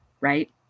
right